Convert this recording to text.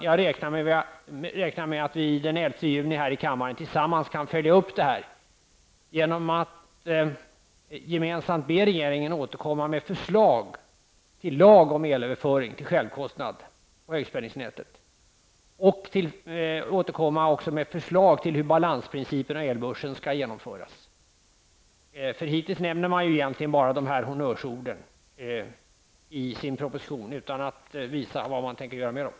Jag räknar med att vi den 11 juni här i kammaren tillsammans kan följa upp det här genom att be regeringen återkomma med förslag till lag om elöverföring till självkostnadspris på högspänningsnätet och med förslag till hur balansprincipen och elbörsen skall genomföras. Hittills nämner man egentligen bara honnörsorden i propositionen utan att visa hur man tänker genomföra detta.